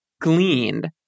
gleaned